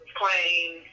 playing